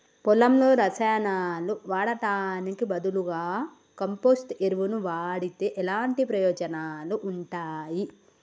పొలంలో రసాయనాలు వాడటానికి బదులుగా కంపోస్ట్ ఎరువును వాడితే ఎలాంటి ప్రయోజనాలు ఉంటాయి?